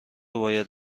باید